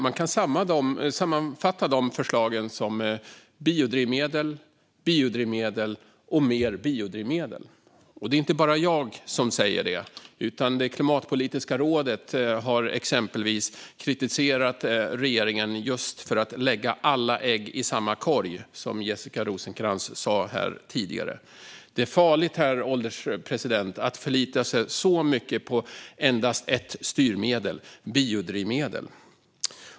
Man kan sammanfatta dessa förslag som biodrivmedel, biodrivmedel och mer biodrivmedel. Det är inte bara jag som säger detta - exempelvis har Klimatpolitiska rådet kritiserat regeringen just för att lägga alla ägg i samma korg, som Jessica Rosencrantz sa här tidigare. Det är farligt, herr ålderspresident, att förlita sig så mycket på endast ett styrmedel, alltså biodrivmedel.